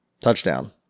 touchdown